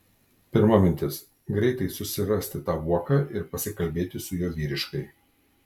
pirma mintis greitai susirasti tą uoką ir pasikalbėti su juo vyriškai